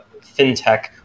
fintech